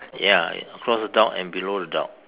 ya you know across the dock and below the dock